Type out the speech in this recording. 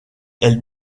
elle